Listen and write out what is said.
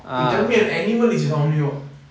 you tell me have animal is omnivore